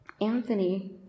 Anthony